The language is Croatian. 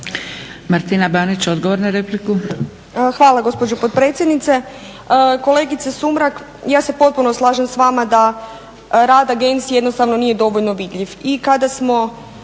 **Banić, Martina (HDZ)** Hvala gospođo potpredsjednice. Kolegice Sumrak ja se potpuno slažem s vama da rad agencije jednostavno nije dovoljno vidljiv.